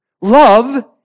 Love